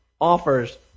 offers